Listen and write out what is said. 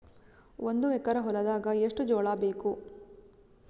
ಒಂದು ಎಕರ ಹೊಲದಾಗ ಎಷ್ಟು ಜೋಳಾಬೇಕು?